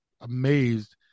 amazed